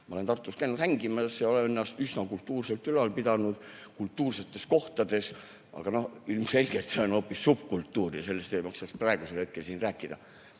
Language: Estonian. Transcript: Ma olen Tartus käinud hängimas ja olen ennast üsna kultuurselt ülal pidanud kultuursetes kohtades, aga ilmselgelt see on hoopis subkultuur ja sellest ei maksaks praegusel hetkel siin rääkida.